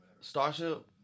Starship